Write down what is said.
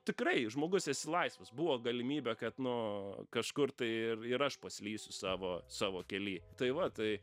tikrai žmogus esi laisvas buvo galimybė kad nu kažkur tai ir ir aš paslysiu savo savo kely tai va tai